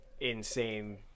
insane